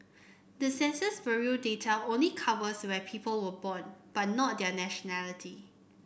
the Census Bureau data only covers where people were born but not their nationality